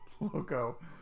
logo